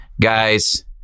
Guys